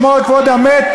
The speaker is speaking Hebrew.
לשמור על כבוד המת,